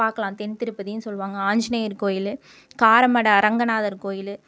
பார்க்கலாம் தென்திருப்பதின்னு சொல்வாங்க ஆஞ்சநேயர் கோவிலு காரமடை அரங்கநாதர் கோவிலு